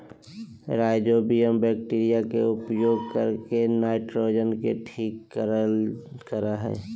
rhizobium bacteria के उपयोग करके नाइट्रोजन के ठीक करेय हइ